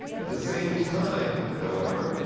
at the same time, however,